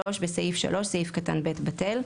בסעיף 3, סעיף קטן (ב) בטל,